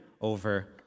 over